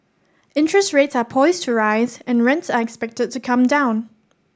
interest rates are poised to rise and rents are expected to come down